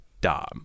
Dom